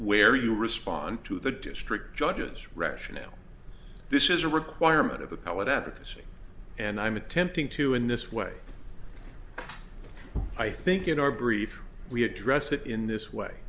where you respond to the district judges rationale this is a requirement of appellate advocacy and i'm attempting to in this way i think in our brief we address it in this way